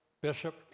bishop